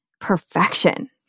perfection